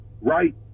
right